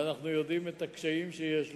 ואנחנו יודעים את הקשיים שיש לו,